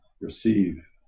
receive